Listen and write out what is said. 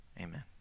Amen